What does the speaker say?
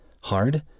Hard